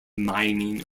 mining